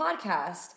podcast